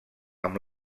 amb